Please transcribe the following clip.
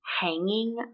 hanging